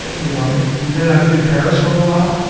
you know and and then i lived in paris for a while.